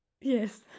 Yes